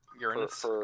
Uranus